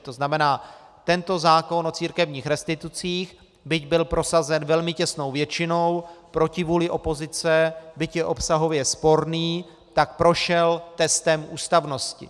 To znamená, tento zákon o církevních restitucích, byť byl prosazen velmi těsnou většinou, proti vůli opozice, byť je obsahově sporný, tak prošel testem ústavnosti.